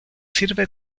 sirve